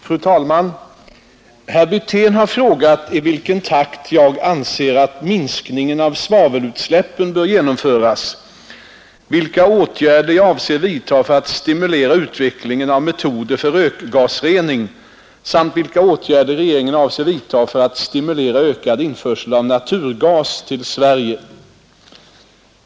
Fru talman! Herr Wirtén har frågat i vilken takt jag anser att minskningen av svavelutsläppen bör genomföras, vilka åtgärder jag avser vidta för att stimulera utvecklingen av metoder för rökgasrening samt vilka åtgärder regeringen avser vidta för att stimulera ökad införsel av naturgas till Sverige.